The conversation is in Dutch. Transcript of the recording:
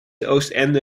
oostende